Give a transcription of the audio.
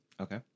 Okay